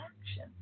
action